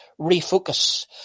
refocus